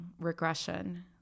regression